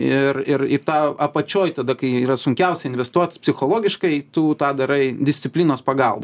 ir ir į tą apačioj tada kai yra sunkiausia investuot psichologiškai tu tą darai disciplinos pagalba